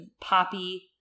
poppy